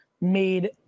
made